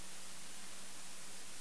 עברה,